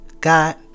God